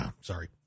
Sorry